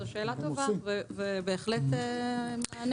זו שאלה טובה ובהחלט מענה.